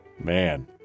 Man